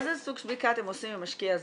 איזה סוג של בדיקה אתם עושים למשקיע זר?